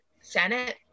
senate